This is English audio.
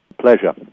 Pleasure